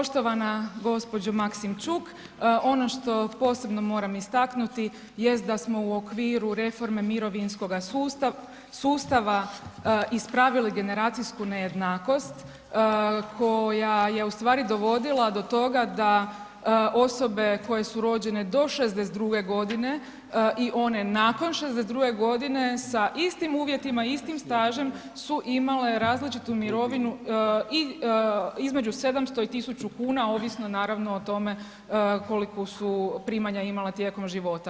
Poštovana gospođo Maksimčuk, ono što posebno moram istaknuti jest da smo u okviru reforme mirovinskoga sustava ispravili generacijsku nejednakost koja je ustvari dovodila do toga da osobe koje su rođene do '62. godine i one nakon '62. godine sa istim uvjetima, istim stažem su imale različitu mirovinu između 700 i 1.000 kuna ovisno naravno o tome koliku su primanja imala tijekom života.